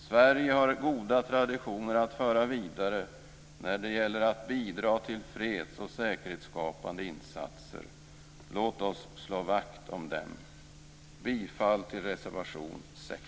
Sverige har goda traditioner att föra vidare när det gäller att bidra till freds och säkerhetsskapande insatser. Låt oss slå vakt om dem. Bifall till reservation 6.